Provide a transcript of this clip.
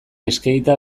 eskegita